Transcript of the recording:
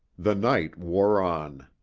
the night wore on.